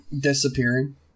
Disappearing